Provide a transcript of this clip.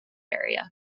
area